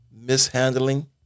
mishandling